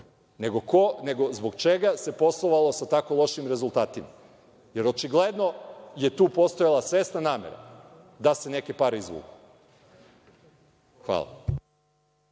trebalo, nego zbog čega se poslovalo sa tako lošim rezultatima? Jer, očigledno je tu postojala svesna namera da se neke pare izvuku. Hvala.